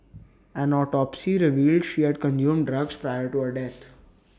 an autopsy revealed she had consumed drugs prior to her death